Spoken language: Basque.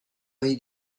ohi